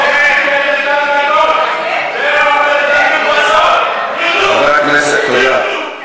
חבר הכנסת פריג',